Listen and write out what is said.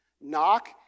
Knock